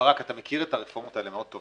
אתה מכיר את הרפורמות האלה טוב מאוד.